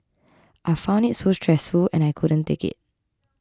I found it so stressful and I couldn't take it